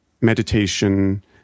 meditation